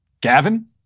Gavin